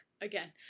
Again